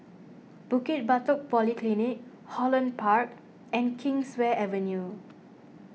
Bukit Batok Polyclinic Holland Park and Kingswear Avenue